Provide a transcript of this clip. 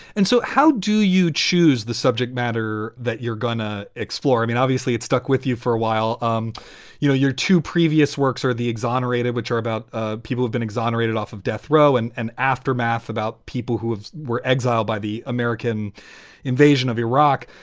and so how do you choose the subject matter that you're going to explore? i mean, obviously, it's stuck with you for a while. um you know, your two previous works are the exonerated, which are about ah people who've been exonerated off of death row and and aftermath, about people who were exiled by the american invasion of iraq.